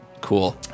Cool